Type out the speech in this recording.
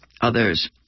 others